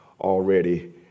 already